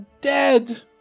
dead